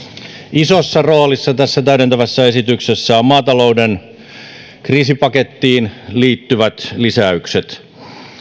isossa roolissa tässä täydentävässä esityksessä ovat maatalouden kriisipakettiin liittyvät lisäykset